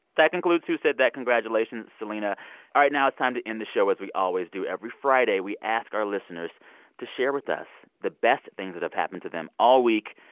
that includes who said that? congratulations, selena. all right. now it's time to end the show, as we always do. every friday, we ask our listeners to share with us the best things that have happened to them all week.